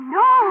no